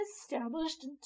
established